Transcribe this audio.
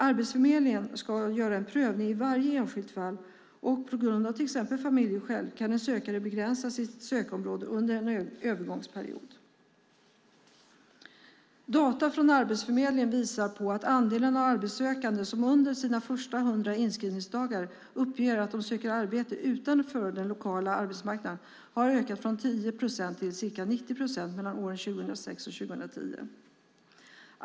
Arbetsförmedlingen ska göra en prövning i varje enskilt fall. Av exempelvis familjeskäl kan den sökande begränsa sitt sökområde under en övergångsperiod. Data från Arbetsförmedlingen visar att andelen arbetssökande som under sina första 100 inskrivningsdagar uppger att de söker arbete utanför den lokala arbetsmarknaden har ökat från 10 procent till ca 90 procent mellan åren 2006 och 2010.